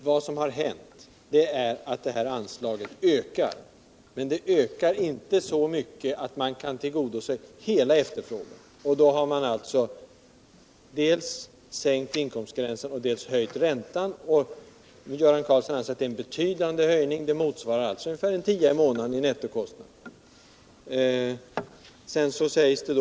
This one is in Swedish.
Herr talman! Vad som händer är att detta anslag ökar, men det ökar inte så mycket att man kan tillgodose hela efterfrågan. Då har man dels sänkt inkomstgränsen, dels höjt räntan. Göran Karlsson anser att det är fråga om en betydande höjning. Det motsvarar en tia i månaden i nettokostnad.